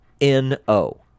N-O